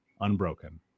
unbroken